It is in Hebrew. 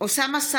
אוסאמה סעדי,